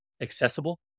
accessible